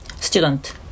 student